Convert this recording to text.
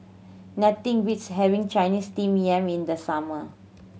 nothing beats having Chinese Steamed Yam in the summer